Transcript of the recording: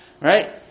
Right